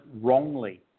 wrongly